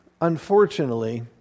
unfortunately